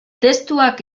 testuak